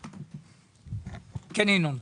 ינון.